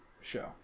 show